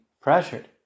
pressured